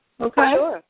Okay